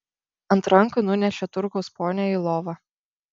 ant rankų nunešė turgaus ponią į lovą